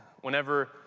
whenever